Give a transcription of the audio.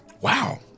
Wow